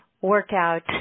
workout